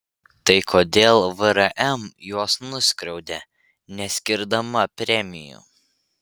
tai kodėl vrm juos nuskriaudė neskirdama premijų